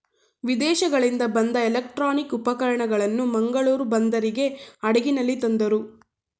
ವಿದೇಶಗಳಿಂದ ಬಂದ ಎಲೆಕ್ಟ್ರಾನಿಕ್ ಉಪಕರಣಗಳನ್ನು ಮಂಗಳೂರು ಬಂದರಿಗೆ ಹಡಗಿನಲ್ಲಿ ತಂದರು